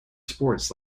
sports